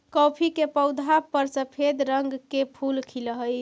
coffee के पौधा पर सफेद रंग के फूल खिलऽ हई